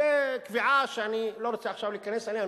זו קביעה שאני לא רוצה עכשיו להיכנס אליה.